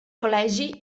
col·legi